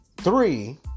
Three